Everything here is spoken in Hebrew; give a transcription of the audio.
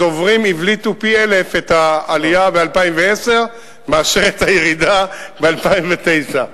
הדוברים הבליטו פי-אלף את העלייה ב-2010 מאשר את הירידה ב-2009.